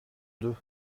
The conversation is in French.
deux